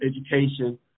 education